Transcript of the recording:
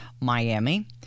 Miami